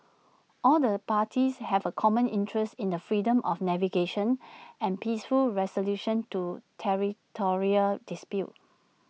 all the parties have A common interest in the freedom of navigation and peaceful resolution to territorial disputes